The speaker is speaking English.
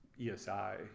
ESI